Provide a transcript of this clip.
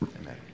Amen